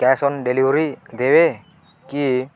cash on delivery ଦେବେ କି